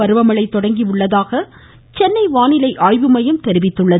பருவமழை தொடங்கியுள்ளதாக சென்னை வானிலை ஆய்வு மையம் தெரிவித்துள்ளது